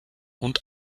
und